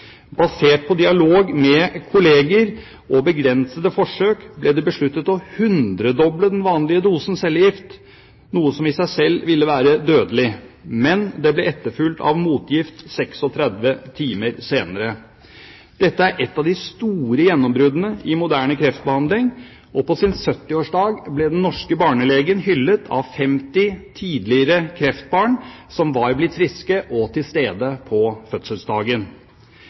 Basert på dialog med kolleger og begrensede forsøk ble det besluttet å hundredoble den vanlige dosen cellegift, noe som i seg selv ville være dødelig, men det ble etterfulgt av motgift 36 timer senere. Dette er et av de store gjennombruddene i moderne kreftbehandling, og på sin 70-årsdag ble den norske barnelegen hyllet av 50 tidligere kreftbarn som var blitt friske, og var til stede på fødselsdagen.